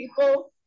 people